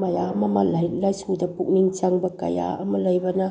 ꯃꯌꯥꯝ ꯑꯃ ꯂꯥꯏꯔꯤꯛ ꯂꯥꯏꯁꯨꯗ ꯄꯨꯛꯅꯤꯡ ꯆꯪꯕ ꯀꯌꯥ ꯑꯃ ꯂꯩꯕꯅ